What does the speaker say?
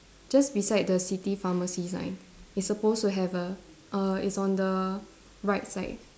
just beside the city pharmacy sign it's supposed to have a a it's on the right side